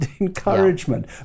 encouragement